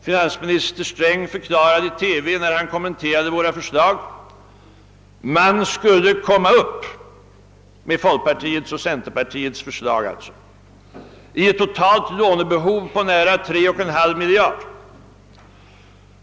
Finansminister Sträng förklarade när han i TV kommenterade saken att man med folkpartiets och centerpartiets förslag skulle komma upp i ett totalt lånebehov på nära 3,5 miljarder.